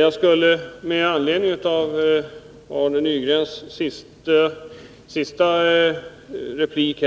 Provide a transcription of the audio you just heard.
Jag skulle med anledning av Arne Nygrens senaste replik